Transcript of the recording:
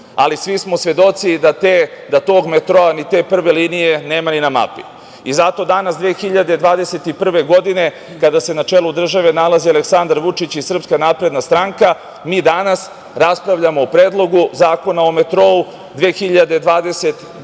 ali svi smo svedoci da tog metroa ni te prve linije nema ni na mapi. Zato danas 2021. godine, kada se na čelu države nalazi Aleksandar Vučić i SNS, mi danas raspravljamo o Predlogu zakona o metrou.